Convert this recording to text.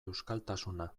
euskaltasuna